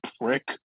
prick